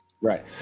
Right